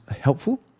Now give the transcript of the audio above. helpful